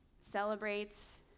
celebrates